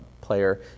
player